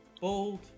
bold